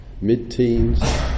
mid-teens